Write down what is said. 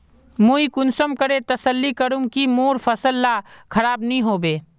मुई कुंसम करे तसल्ली करूम की मोर फसल ला खराब नी होबे?